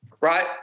right